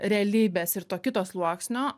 realybės ir to kito sluoksnio